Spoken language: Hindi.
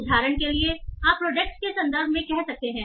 उदाहरण के लिए आप प्रोडक्ट्स के संदर्भ में कह सकते हैं